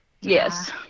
yes